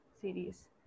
series